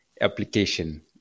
application